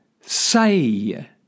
say